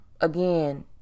Again